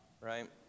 right